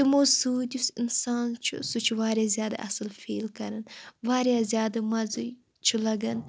تِمو سۭتۍ یُس اِنسان چھُ سُہ چھُ واریاہ زیادٕ اَصٕل فیٖل کَران واریاہ زیادٕ مَزٕ چھُ لَگَن